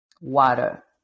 water